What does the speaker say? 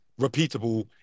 repeatable